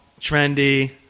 trendy